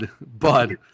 Bud